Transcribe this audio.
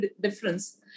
difference